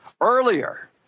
earlier